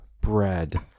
bread